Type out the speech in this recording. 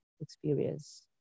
experience